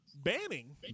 Banning